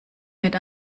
mit